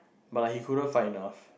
but like he couldn't find enough